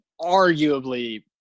arguably